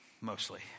mostly